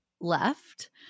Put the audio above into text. left